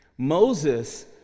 Moses